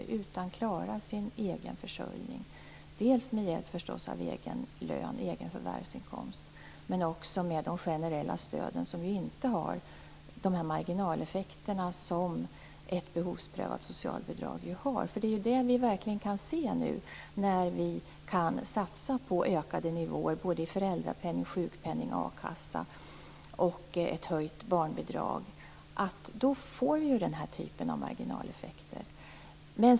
De skall i stället klara sin egen försörjning med hjälp av egen förvärvsinkomst, men också med hjälp av de generella stöden som ju inte har de marginaleffekter som ett behovsprövat socialbidrag har. Det är ju nämligen det vi kan se. Nu när vi kan satsa på ökade nivåer både i föräldrapenning, sjukpenning och a-kassa och på att höja barnbidraget kan vi se att vi får den här typen av marginaleffekter.